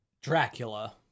Dracula